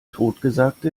totgesagte